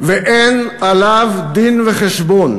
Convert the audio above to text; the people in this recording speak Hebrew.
ואין עליו דין-וחשבון.